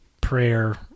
prayer